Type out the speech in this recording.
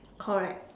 correct